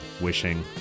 wishing